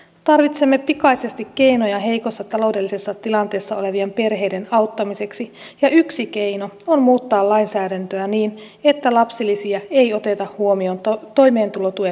tarvitsemme pikaisesti keinoja heikossa taloudellisessa tilanteessa olevien perheiden auttamiseksi ja yksi keino on muuttaa lainsäädäntöä niin että lapsilisiä ei oteta huomioon toimeentulotuen määrässä